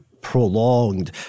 prolonged